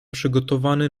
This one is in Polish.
przygotowany